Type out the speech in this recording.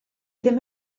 ddim